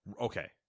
Okay